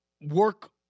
work